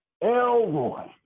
Elroy